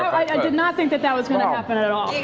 did not think that that was going to happen at all.